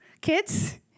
kids